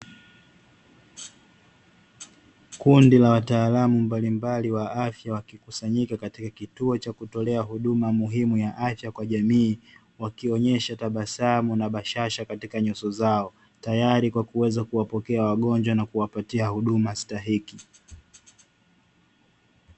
Kundi la wataalamu mbalimbali wa afya wakikusanyika katika kituo cha kutolea huduma muhimu ya afya kwa jamii, wakionyesha tabasamu na bashasha katika nyuso zao. Tayari kwa kuweza kuwapokea wagonjwa na kuwapatia huduma stahiki.